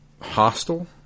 hostile